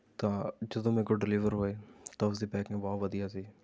ਤਾਂ ਜਦੋਂ ਮੇਰੇ ਕੋਲ਼ ਡਿਲੀਵਰ ਹੋਏ ਤਾਂ ਉਸ ਦੀ ਪੈਕਿੰਗ ਬਹੁਤ ਵਧੀਆ ਸੀ